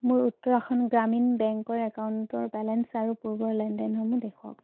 মোৰ উত্তৰাখণ্ড গ্ৰামীণ বেংকৰ একাউণ্টৰ বেলেঞ্চ আৰু পূৰ্বৰ লেনদেনসমূহ দেখুৱাওক